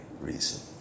reason